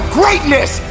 greatness